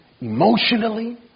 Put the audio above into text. emotionally